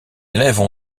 élèves